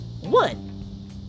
One